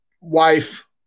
wife